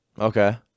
Okay